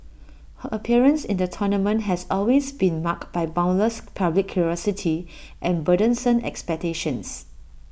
her appearance in the tournament has always been marked by boundless public curiosity and burdensome expectations